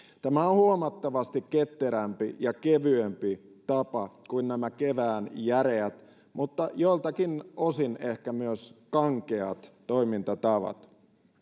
tämä on huomattavasti ketterämpi ja kevyempi tapa kuin nämä kevään järeät mutta joiltakin osin ehkä myös kankeat toimintatavat